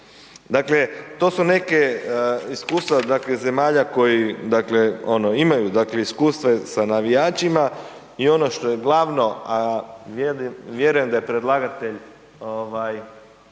Dakle, to su neke iskustva, dakle zemalja koji, dakle ono imaju dakle iskustva sa navijačima i ono što je glavno, a vjerujem da je predlagatelj